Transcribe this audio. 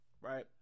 right